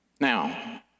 Now